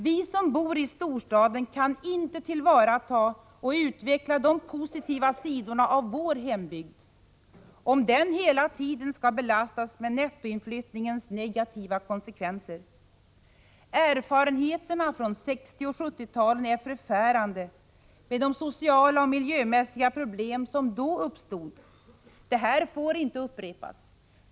Vi som bor i storstaden kan inte tillvarata och utveckla de positiva sidorna av vår hembygd, om den hela tiden skall belastas med nettoinflyttningens negativa konsekvenser. Erfarenheterna från 1960 och 1970-talen är förfärande med de sociala och miljömässiga problem som då uppstod. Detta får inte upprepas.